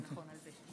בהצלחה, אדוני.